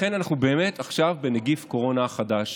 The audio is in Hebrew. ולכן אנחנו באמת עכשיו בנגיף קורונה החדש.